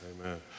Amen